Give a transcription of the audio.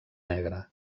negre